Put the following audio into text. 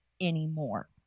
anymore